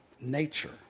nature